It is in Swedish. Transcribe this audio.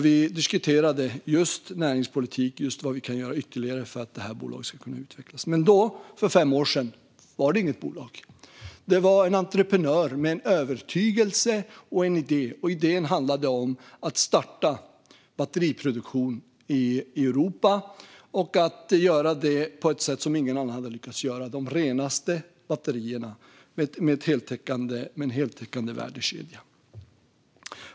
Vi diskuterade just näringspolitik och vad vi kan göra för att bolaget ska kunna utvecklas ytterligare. Men då, för fem år sedan, var det inget bolag. Det var en entreprenör med en övertygelse och en idé, och idén handlade om att starta batteriproduktion i Europa och göra det på ett sätt som ingen annan lyckats göra det på, med de renaste batterierna och en heltäckande värdekedja.